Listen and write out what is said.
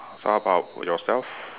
so how about yourself